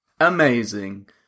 Amazing